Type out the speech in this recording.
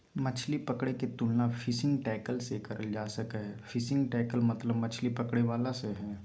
मछली पकड़े के तुलना फिशिंग टैकल से करल जा सक हई, फिशिंग टैकल मतलब मछली पकड़े वाला से हई